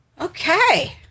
Okay